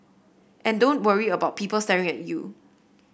and don't worry about people staring at you